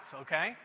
okay